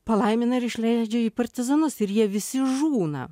palaimina ir išleidžia į partizanus ir jie visi žūna